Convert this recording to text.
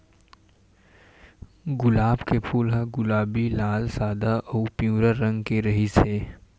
गुलाब के फूल ह गुलाबी, लाल, सादा अउ पिंवरा रंग के रिहिस हे